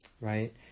right